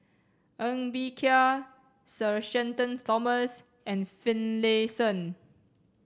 Ng Bee Kia Sir Shenton Thomas and Finlayson